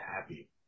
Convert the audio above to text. happy